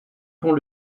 pont